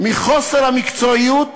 בחוסר המקצועיות